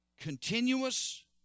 continuous